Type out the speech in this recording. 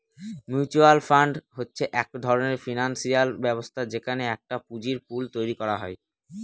mutual fund হচ্ছে এক ধরনের ফিনান্সিয়াল ব্যবস্থা যেখানে একটা পুঁজির পুল তৈরী করা হয়